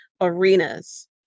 arenas